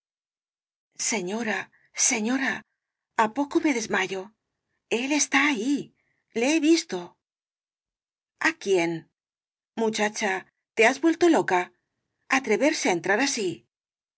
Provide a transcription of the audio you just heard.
señora señora apoco me desmayo ií está ahí le he visto a quién muchacha te has vuelto loca atreverse á entrar así